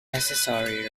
necessary